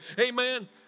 Amen